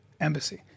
embassy